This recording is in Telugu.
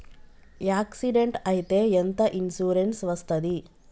యాక్సిడెంట్ అయితే ఎంత ఇన్సూరెన్స్ వస్తది?